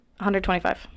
125